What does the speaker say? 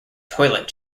toilet